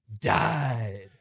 died